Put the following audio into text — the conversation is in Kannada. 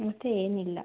ಮತ್ತೆ ಏನಿಲ್ಲ